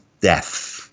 death